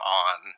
on